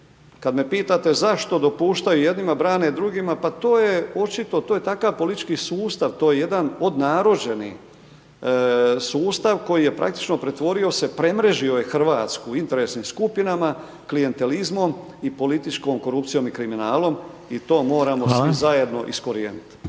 Kad me pitate zašto dopuštaju jednima, brane drugima, pa to je očito, to je takav politički sustav, to je jedan od .../Govornik se ne razumije./... sustav koji je praktično pretvorio se, premrežio je Hrvatsku u interesnim skupinama, klijentelizmom i političkom korupcijom, i kriminalom, i to moramo svi zajedno iskorijenit'.